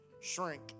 shrink